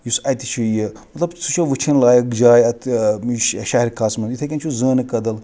یُس اَتہِ چھُ یہٕ مَطلب سُہ چھ وٕچھِنۍ لایق جاے یَتھ شہرِ خاصَس منٛز یِتھٕے کٕنۍ چھُ زٲنہٕ کٕدل